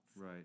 Right